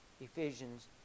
Ephesians